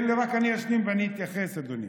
תן לי, אני אשלים ואני אתייחס, אדוני.